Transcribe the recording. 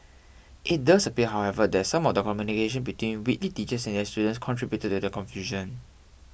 it does appear however that some of the communication between Whitley teachers and their students contributed to the confusion